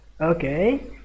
okay